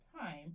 time